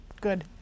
Good